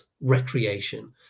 recreation